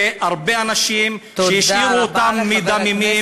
והרבה אנשים שהשאירו אותם מדממים,